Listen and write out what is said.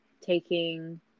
taking